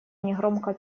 негромко